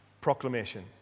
proclamation